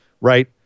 Right